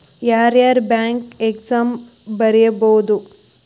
ಯಾರ್ಯಾರ್ bank exam ಬರಿಬೋದು